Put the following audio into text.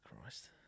Christ